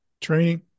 Training